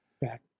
back